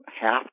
half